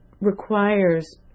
requires